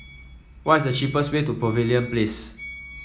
what is the cheapest way to Pavilion Place